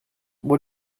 what